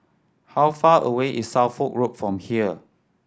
how far away is Suffolk Road from here